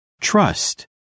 Trust